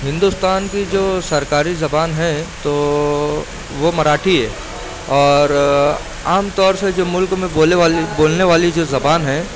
ہندوستان کی جو سرکاری زبان ہے تو وہ مراٹھی ہے اور عام طور سے جو ملک میں بولے والی بولنے والی جو زبان ہے